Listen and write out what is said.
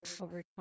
over